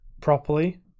properly